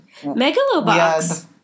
Megalobox